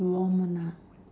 warm one ah